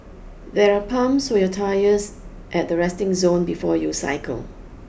there are pumps for your tyres at the resting zone before you cycle